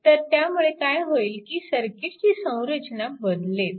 तर त्यामुळे काय होईल की सर्किटची संरचना बदलेल